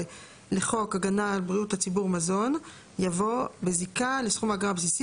לחוק הגנה על בריאות הציבור (מזון)" יבוא "בזיקה לסכום האגרה הבסיסי